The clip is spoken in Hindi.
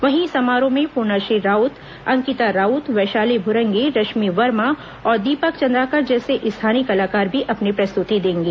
वहीं समारोह में प्रर्णाश्री राउत अंकिता राउत वैशाली भूरंगी रश्मि वर्मा और दीपक चंद्राकर जैसे स्थानीय कलाकार भी अपनी प्रस्तुति देंगे